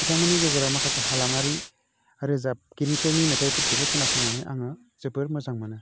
बिथांमोननि गेजेराव माखासे हालामारि रोजाबगिरिफोरनि मेथायफोरखौबो खोनासंनानै आङो जोबोर मोजां मोनो